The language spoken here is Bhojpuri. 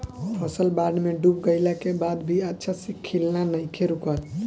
फसल बाढ़ में डूब गइला के बाद भी अच्छा से खिलना नइखे रुकल